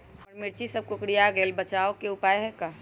हमर मिर्ची सब कोकररिया गेल कोई बचाव के उपाय है का?